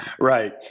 Right